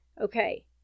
Okay